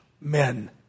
men